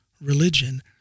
religion